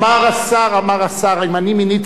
אמר השר: אם אני מיניתי ועדה,